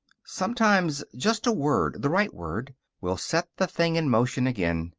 sometimes just a word the right word will set the thing in motion again.